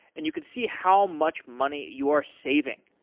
and you could see how much money you are saving.